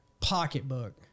pocketbook